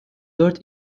dört